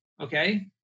okay